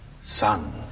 son